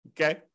Okay